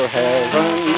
heaven